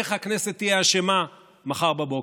איך הכנסת תהיה אשמה מחר בבוקר.